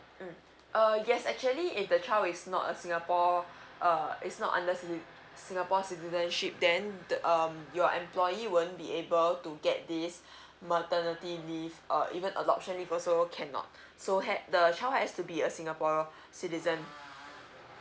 mm uh yes actually if the child is not a singapore uh it's not unessa~ singapore citizenship then the um your employee won't be able to get this maternity leave uh even adoption leave also cannot so had the child has to be a singapore citizen